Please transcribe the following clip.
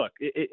look